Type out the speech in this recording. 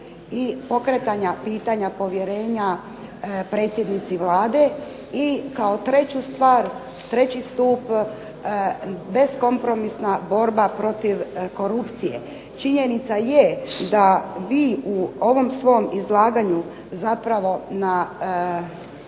i pokretanja pitanja povjerenja predsjednici Vlade. I kao treću stvar, treći stup, beskompromisna borba protiv korupcije. Činjenica je da vi u ovom svom izlaganju zapravo na,